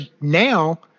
now